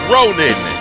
Ronin